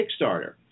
Kickstarter